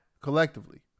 collectively